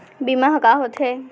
बीमा ह का होथे?